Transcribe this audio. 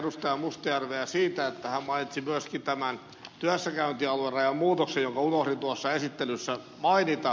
mustajärveä siitä että hän mainitsi myöskin tämän työssäkäyntialuerajan muutoksen jonka unohdin tuossa esittelyssä mainita